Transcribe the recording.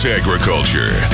agriculture